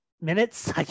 minutes